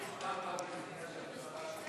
(4) של חברי הכנסת אורלי לוי אבקסיס,